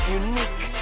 unique